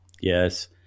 Yes